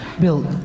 Bill